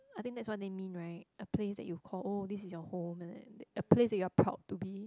I think that's what they mean right a place you that call oh this is your home like that that a place that you're proud to be